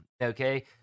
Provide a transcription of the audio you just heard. okay